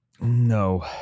No